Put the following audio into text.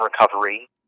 recovery